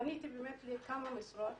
פניתי לכמה משרות,